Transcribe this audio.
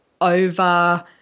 over –